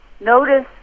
notice